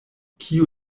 kiu